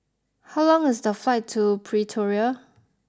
how long is the flight to Pretoria